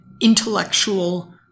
intellectual